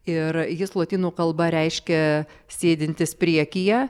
ir jis lotynų kalba reiškia sėdintis priekyje